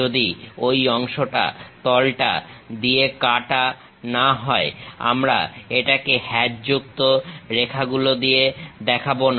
যদি ঐ অংশটা তলটা দিয়ে কাট না হয় আমরা এটাকে হ্যাচযুক্ত রেখাগুলো দিয়ে দেখাবো না